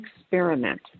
experiment